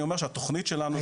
אני אומר שהתכנית שלנו,